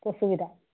অসুবিধা